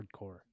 hardcore